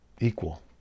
equal